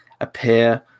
appear